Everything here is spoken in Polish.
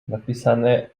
napisane